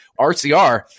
RCR